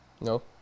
No